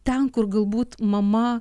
ten kur galbūt mama